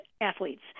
athletes